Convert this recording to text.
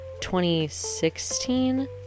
2016